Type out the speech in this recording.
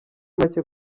make